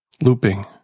Looping